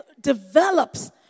develops